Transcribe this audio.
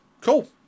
cool